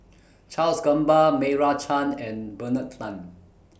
Charles Gamba Meira Chand and Bernard Lan